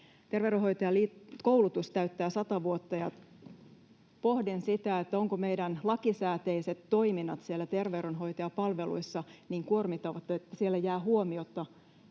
Terveydenhoitajakoulutus täyttää 100 vuotta, ja pohdin sitä, ovatko meidän lakisääteiset toiminnat siellä terveydenhoitajapalveluissa niin kuormittavat, että siellä jää huomiotta